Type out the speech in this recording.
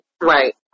right